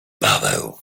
paweł